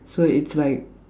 so it's like